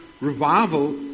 Revival